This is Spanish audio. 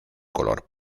color